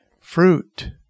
fruit